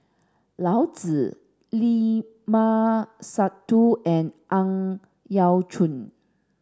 Yao Zi Limat Sabtu and Ang Yau Choon